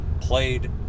played